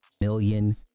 million